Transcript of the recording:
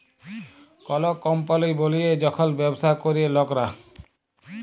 call কম্পলি বলিয়ে যখল ব্যবসা ক্যরে লকরা